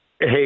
Hey